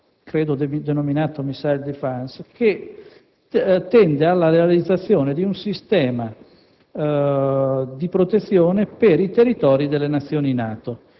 NATO, denominato «*Missile Defense*», che tende alla realizzazione di un sistema di protezione per i territori delle Nazioni NATO.